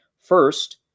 first